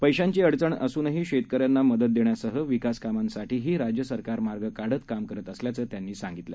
पैशांचीअडचणअसूनही शेतकऱ्यांनामदतदेण्यासह विकासकामांसाठीहीराज्यसरकारमार्गकाढतकामकरतअसल्याचंत्यांनीसांगितलं